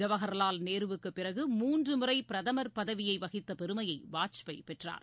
ஜவஹ்லால் நேருவுக்குப் பிறகு மூன்று முறை பிரதம் பதவியை வகித்த பெருமையை வாஜ்பாய் பெற்றார்